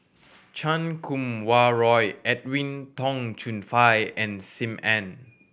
Chan Kum Wah Roy Edwin Tong Chun Fai and Sim Ann